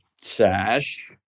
sash